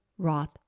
Roth